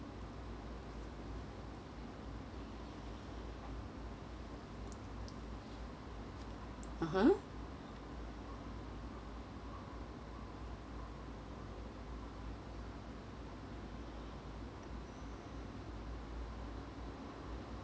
mmhmm